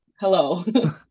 hello